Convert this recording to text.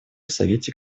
совете